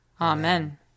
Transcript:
Amen